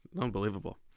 Unbelievable